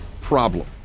problem